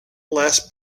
less